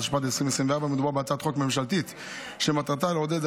התשפ"ד 2024. מדובר בהצעת חוק ממשלתית שמטרתה לעודד את